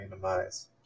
randomize